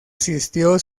asistió